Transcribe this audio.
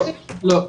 לא.